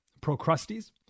Procrustes